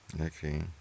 Okay